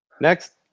Next